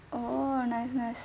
orh nice nice